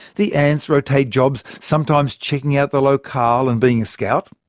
the ants rotate jobs, sometimes checking out the locale and being a scout,